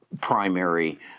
primary